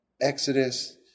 Exodus